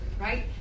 Right